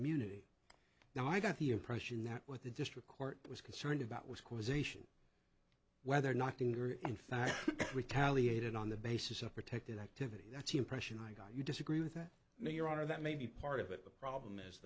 immunity now i got the impression that what the district court was concerned about was causation whether knocking or in fact retaliated on the basis of protected activity that's the impression i got you disagree with that your honor that may be part of it the problem is